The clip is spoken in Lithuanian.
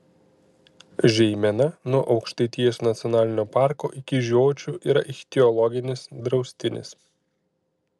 žeimena nuo aukštaitijos nacionalinio parko iki žiočių yra ichtiologinis draustinis